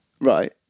right